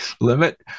limit